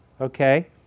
okay